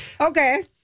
Okay